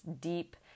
deep